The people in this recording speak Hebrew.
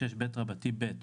26ב(ב),